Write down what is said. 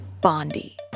Bondi